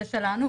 זה שלנו,